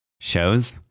shows